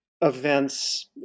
events